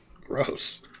Gross